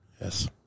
Yes